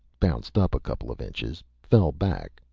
bounced up a couple of inches, fell back,